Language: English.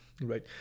right